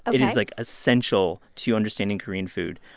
it is like essential to understanding korean food.